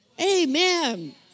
Amen